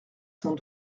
sans